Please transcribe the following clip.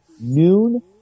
noon